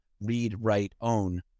read-write-own